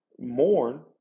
mourn